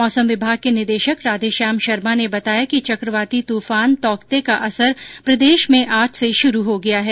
मौसम विभाग के निदेशक राधेश्याम शर्मा ने बताया कि चकवाती तूफान तौकते का असर प्रदेश में आज से शुरू हो गया है